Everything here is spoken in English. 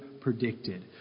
predicted